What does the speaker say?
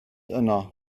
yno